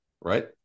right